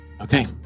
Okay